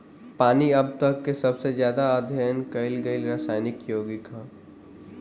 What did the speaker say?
पानी अब तक के सबसे ज्यादा अध्ययन कईल गईल रासायनिक योगिक ह